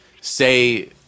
say